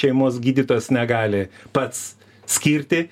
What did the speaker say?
šeimos gydytojas negali pats skirti